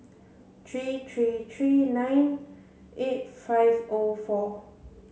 three three three nine eight five O four